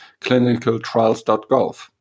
clinicaltrials.gov